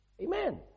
Amen